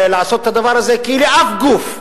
לעשות את הדבר הזה כי לאף גוף,